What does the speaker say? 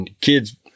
Kids –